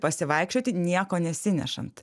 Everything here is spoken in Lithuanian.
pasivaikščioti nieko nesinešant